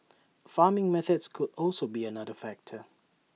farming methods could also be another factor